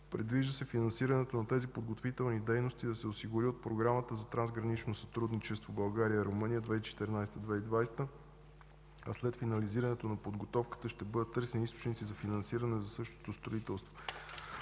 Предвижда се финансирането на тези подготвителни дейности да се осигури от Програмата за трансгранично сътрудничество „България – Румъния 2014-2020”, а след финализирането на подготовката ще бъдат търсени източници за финансиране за същото строителство.